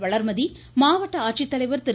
வளர்மதி மாவட்ட ஆட்சித்தலைவர் திரு